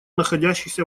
находящихся